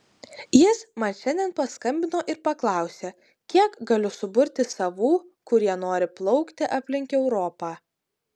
jis man šiandien paskambino ir paklausė kiek galiu suburti savų kurie nori plaukti aplink europą